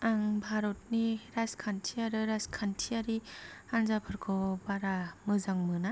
आं भारतनि राजखान्थि आरो राजखान्थियारि हानजाफोरखौ बारा मोजां मोना